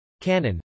Canon